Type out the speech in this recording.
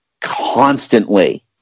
Constantly